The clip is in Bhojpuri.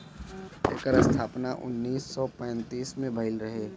एकर स्थापना उन्नीस सौ पैंतीस में भइल रहे